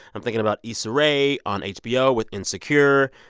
i'm thinking about issa rae on hbo with insecure,